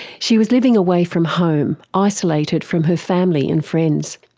she was living away from home, isolated from her family and friends.